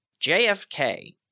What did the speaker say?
JFK